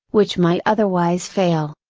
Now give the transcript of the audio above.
which might otherwise fail.